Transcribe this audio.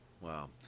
Wow